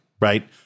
Right